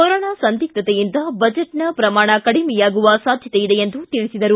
corona ಸಂದಿಗ್ಧತೆಯಿಂದ ಬಜೆಟ್ನ ಪ್ರಮಾಣ ಕಡಿಮೆಯಾಗುವ ಸಾಧ್ಯತೆಯಿದೆ ಎಂದು ತಿಳಿಸಿದರು